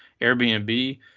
Airbnb